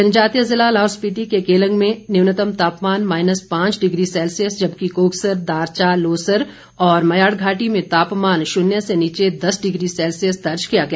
जनजातीय जिला लाहौल स्पीति के केलंग में न्यूनतम तापमान माईनस पांच डिग्री सैल्सियस जबकि कोकसर दारचा लोसर और म्याड़घाटी में तापमान शन्य से नीचे दस डिग्री सैल्सियस दर्ज किया गया